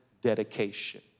Dedication